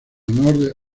honor